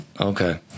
Okay